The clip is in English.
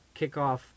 kickoff